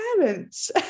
parents